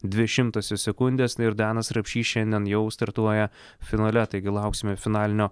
dvi šimtosios sekundės na ir danas rapšys šiandien jau startuoja finale taigi lauksime finalinio